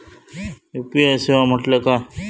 UPI सेवा म्हटल्या काय?